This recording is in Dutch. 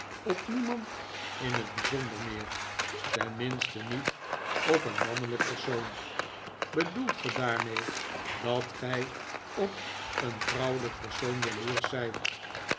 op niemand in het bijzonder meer tenminste niet op een mannelijk persoon bedoelt ge daarmee dat gij op een vrouwelijk persoon jaloersch zijt